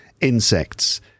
insects